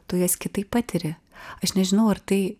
tu jas kitaip patiri aš nežinau ar tai